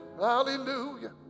Hallelujah